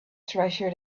treasure